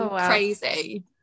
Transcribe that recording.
crazy